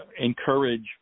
encourage